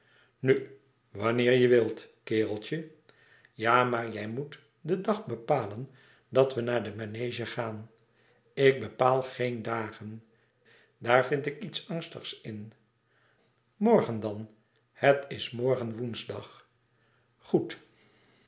nu wanneer je wilt kereltje ja maar jij moet den dag bepalen dat we naar de manege gaan ik bepaal geen dagen daar vind ik iets angstigs in morgen dan het is morgen woensdag goed